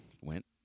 went